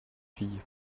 fille